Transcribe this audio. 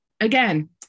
Again